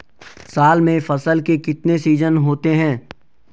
साल में फसल के कितने सीजन होते हैं?